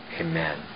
Amen